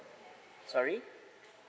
sorry